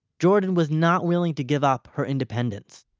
jordan was not willing to give up her independence.